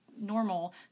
normal